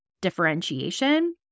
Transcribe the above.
differentiation